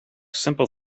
simple